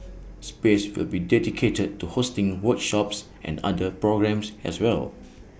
space will be dedicated to hosting workshops and other programmes as well